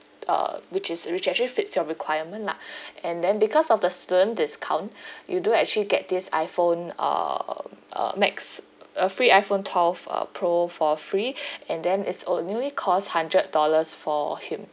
uh which is which actually fits your requirement lah and then because of the student discount you do actually get this iphone um uh max a free iphone twelve uh pro for free and then it's only cost hundred dollars for him